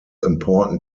important